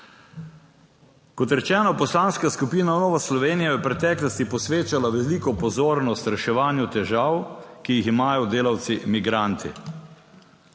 Kot rečeno, Poslanska skupina Nova Slovenija je v preteklosti posvečala veliko pozornost reševanju težav, ki jih imajo delavci migranti.